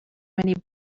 many